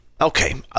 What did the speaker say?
Okay